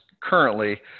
currently